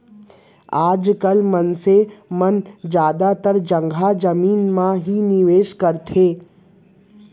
आज काल मनसे मन जादातर जघा जमीन म ही निवेस करत हे